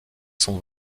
son